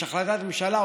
יש החלטת ממשלה,